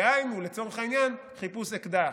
דהיינו, לצורך העניין, חיפוש אקדח,